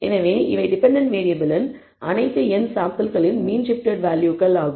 எனவே இவை டிபெண்டன்ட் வேறியபிளின் அனைத்து n சாம்பிள்களின் மீன் ஷிப்ட்டெட் வேல்யூகள் ஆகும்